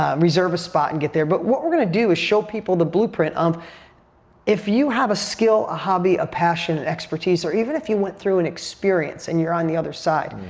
reserve a spot and get there. but what we're gonna do is show people the blueprint of if you have a skill, a hobby, a passion, an expertise, or even if you went through an experience and you're on the other side,